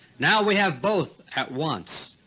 now we have both at once,